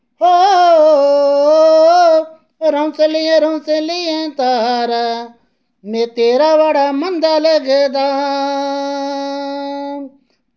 हो रौंसलियां रौंसलियां धारां में तेरा बड़ा मंदा लगदा